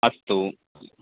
अस्तु